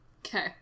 Okay